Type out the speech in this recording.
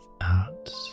out